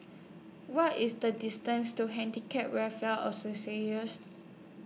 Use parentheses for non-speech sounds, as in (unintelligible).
What IS The distance to Handicap Welfare (unintelligible)